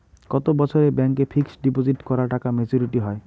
কত বছরে ব্যাংক এ ফিক্সড ডিপোজিট করা টাকা মেচুউরিটি হয়?